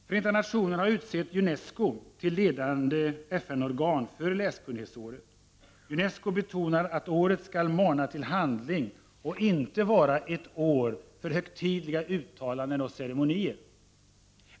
FN har utsett UNESCO till ledande FN-organ för läskunnighetsåret. UNESCO betonar att året skall mana till handling och inte vara ett år för högtidliga uttalanden och ceremonier.